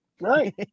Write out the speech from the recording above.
right